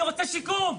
אני רוצה שיקום.